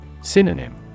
Synonym